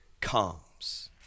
comes